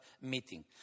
meeting